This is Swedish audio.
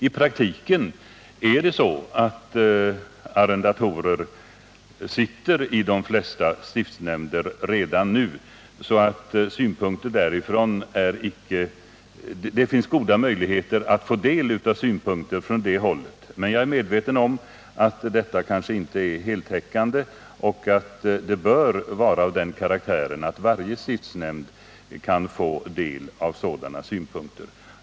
I praktiken sitter redan nu arrendatorer i de flesta stiftsnämnder. Det finns alltså goda möjligheter att få del av synpunkter från det hållet. Jag är dock medveten om att denna representation icke är heltäckande och att det i varje stiftsnämnd bör ges möjlighet att framföra sådana synpunkter.